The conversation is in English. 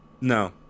No